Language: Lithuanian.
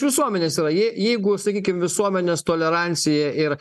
visuomenės yra je jeigu sakykim visuomenės tolerancija ir